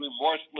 remorseless